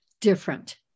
different